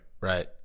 Right